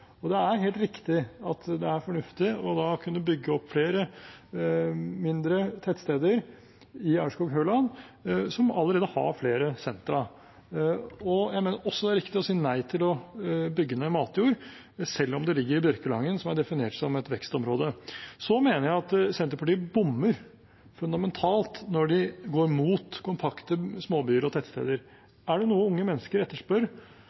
Det er helt riktig at det er fornuftig da å kunne bygge opp flere mindre tettsteder i Aurskog-Høland, som allerede har flere sentra. Jeg mener også det er riktig å si nei til å bygge ned matjord selv om det ligger i Bjørkelangen, som er definert som et vekstområde. Jeg mener Senterpartiet bommer fundamentalt når de går mot kompakte småbyer og tettsteder. Er det noe unge mennesker etterspør,